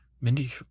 Mindy